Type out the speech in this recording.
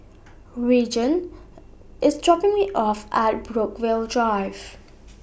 Reagan IS dropping Me off At Brookvale Drive